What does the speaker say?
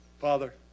Father